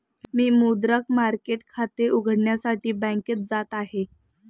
मी मुद्रांक मार्केट खाते उघडण्यासाठी बँकेत जात आहे